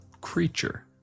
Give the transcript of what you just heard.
creature